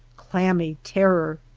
clammy terror.